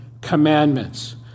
commandments